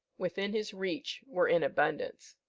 within his reach, were in abundance.